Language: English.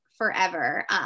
forever